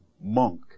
monk